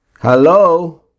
Hello